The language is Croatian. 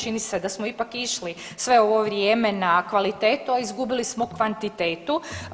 Čini se da smo ipak išli sve ovo vrijeme na kvalitetu, a izgubili smo kvantitetu.